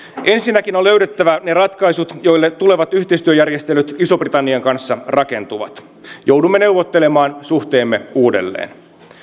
ensinnäkin on löydettävä ne ratkaisut joille tulevat yhteistyöjärjestelyt ison britannian kanssa rakentuvat joudumme neuvottelemaan suhteemme uudelleen